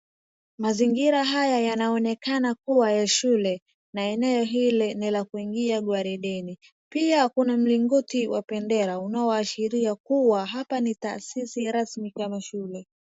Mazingira haya yanaonekana kuwa ya shule, na eneo ile ni la kuingia gwarideni. Pia kuna mlingoti wa bendera unaoashiria kuwa hapa ni taasisi rasmi kama shule.